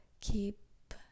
keep